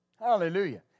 Hallelujah